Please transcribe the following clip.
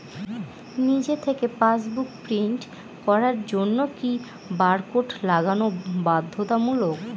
নিজে থেকে passbook print করার জন্য কি বারকোড লাগানো বাধ্যতামূলক?